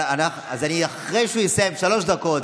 אז אני, אחרי שהוא יסיים, שלוש דקות,